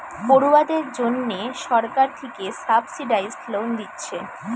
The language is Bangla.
পড়ুয়াদের জন্যে সরকার থিকে সাবসিডাইস্ড লোন দিচ্ছে